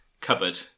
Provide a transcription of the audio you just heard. cupboard